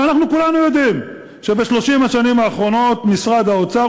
אנחנו כולנו יודעים שב-30 האחרונות משרד האוצר,